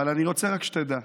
אבל אני רוצה רק שתדע,